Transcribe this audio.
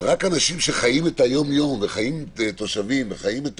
רק אנשים שחיים את היום-יום של התושבים וחיים את